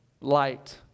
light